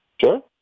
Sure